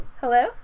Hello